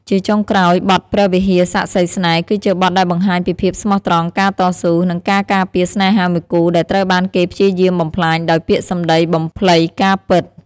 ជាចុងក្រោយ បទ ព្រះវិហារសាក្សីស្នេហ៍ គឺជាបទដែលបង្ហាញពីភាពស្មោះត្រង់ ការតស៊ូ និងការការពារស្នេហាមួយគូដែលត្រូវបានគេព្យាយាមបំផ្លាញដោយពាក្យសម្ដីបំភ្លៃការពិត។